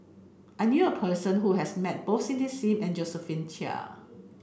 I knew a person who has met both Cindy Sim and Josephine Chia